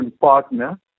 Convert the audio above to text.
partner